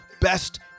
best